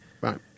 Right